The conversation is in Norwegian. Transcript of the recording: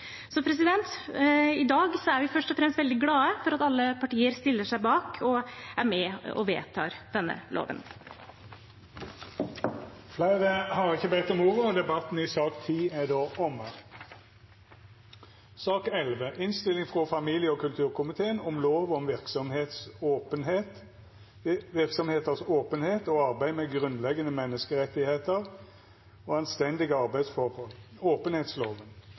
I dag er vi først og fremst veldig glad for at alle partier stiller seg bak, og er med og vedtar, denne loven. Fleire har ikkje bedt om ordet til sak nr. 10. Etter ynske frå familie- og kulturkomiteen vil presidenten ordna debatten slik: 5 minutt til kvar partigruppe og